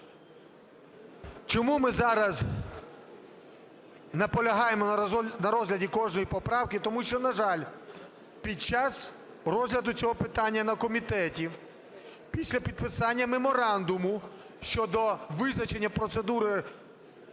Чому ми зараз наполягаємо на розгляді кожної поправки? Тому що, на жаль, під час розгляду цього питання на комітеті після підписання меморандуму щодо визначення процедури